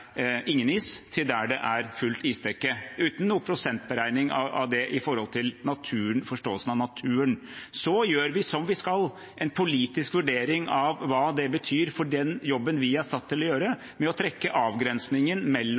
is, til der det er fullt isdekke, uten noen prosentberegning av det når det gjelder forståelsen av naturen. Så gjør vi, som vi skal, en politisk vurdering av hva det betyr for den jobben vi er satt til å gjøre, ved å trekke avgrensninger mellom